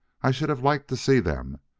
i should have liked to see them.